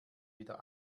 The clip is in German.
wieder